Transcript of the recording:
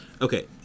Okay